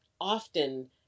Often